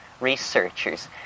researchers